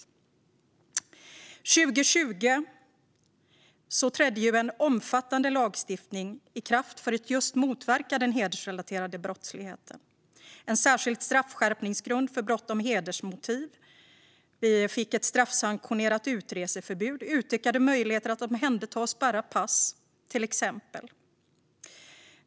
År 2020 trädde en omfattande lagstiftning i kraft för att just motverka den hedersrelaterade brottsligheten. Vi fick en särskild straffskärpningsgrund för brott med hedersmotiv. Vi fick också ett straffsanktionerat utreseförbud och utökade möjligheter att omhänderta och spärra pass, till exempel.